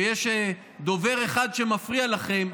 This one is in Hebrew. שיש דובר אחד שמפריע לכם,